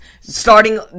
starting